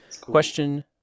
Question